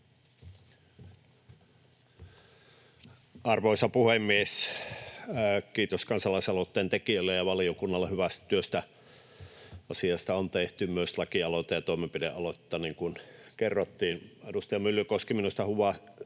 Arvoisa puhemies! Kiitos kansalaisaloitteen tekijöille ja valiokunnalle hyvästä työstä. Asiasta on tehty myös lakialoite ja toimenpidealoitteita, niin kuin kerrottiin.